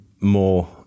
more